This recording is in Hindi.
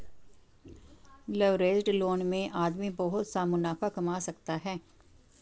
लवरेज्ड लोन में आदमी बहुत सा मुनाफा कमा सकता है